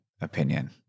opinion